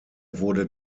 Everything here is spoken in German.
wurde